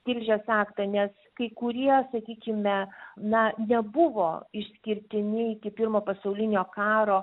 tilžės aktą nes kai kurie sakykime na nebuvo išskirtiniai iki pirmo pasaulinio karo